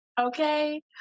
Okay